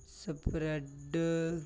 spread